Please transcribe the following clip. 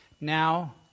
Now